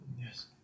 yes